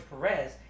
Perez